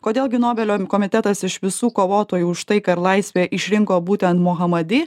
kodėl gi nobelio komitetas iš visų kovotojų už taiką ir laisvę išrinko būtent mohamadi